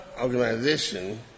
organization